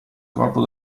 corpo